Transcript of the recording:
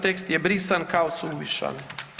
Tekst je brisan kao suvišan.